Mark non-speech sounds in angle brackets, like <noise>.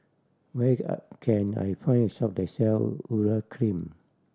where <unintelligible> can I find a shop that sell Urea Cream